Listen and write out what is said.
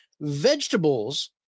vegetables